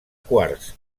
quars